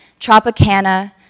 Tropicana